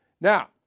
Now